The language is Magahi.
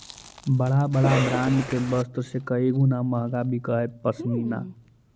बड़ा बड़ा ब्राण्ड के वस्त्र से कई गुणा महँगा बिकऽ हई पशमीना